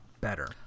better